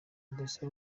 mbese